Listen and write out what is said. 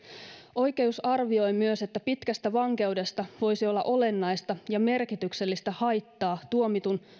oikeus arvioi myös että pitkästä vankeudesta voisi olla olennaista ja merkityksellistä haittaa tuomitun